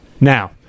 Now